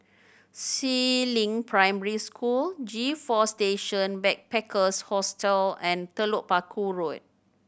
Si Ling Primary School G Four Station Backpackers Hostel and Telok Paku Road